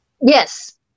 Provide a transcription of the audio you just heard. Yes